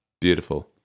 beautiful